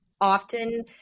often